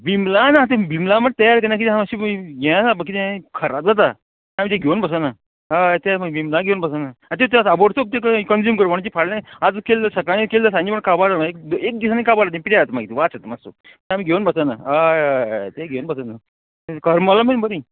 बिमलां ना तें बिमलां म्हण तयार करना किद्या सांग मात्शें हें आसा किदें खराब जाता आनी तें घेवन बसना हय तें बिमलां घेवन बसना आतां ताबडतोब तें कंज्यूम करप म्हणजे फाल्यां आज केल्लें सकाळीं केल्लें सांजे म्हणल्या खावपा एक दिसांनी काबार जाता पिड्ड्यार जाता ते आमी वास येता मातसो आमी तें घेवन बसना हय हय हय तें घेवन बसना करमलां बीन बरीं